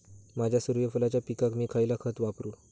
माझ्या सूर्यफुलाच्या पिकाक मी खयला खत वापरू?